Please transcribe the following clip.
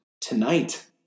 tonight